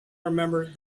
remembered